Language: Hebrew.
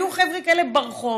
היו חבר'ה כאלה ברחוב,